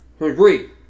Agree